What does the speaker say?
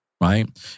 right